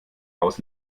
haus